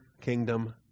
kingdom